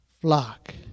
flock